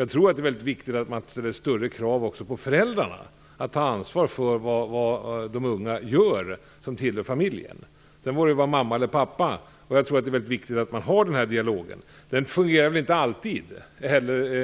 Jag tror att det är väldigt viktigt att man ställer större krav också på föräldrarna att ta ansvar för vad de unga som tillhör familjen gör. Sedan må det vara mamma eller pappa. Jag tror att det är väldigt viktigt att man har den här dialogen. Den fungerar väl inte alltid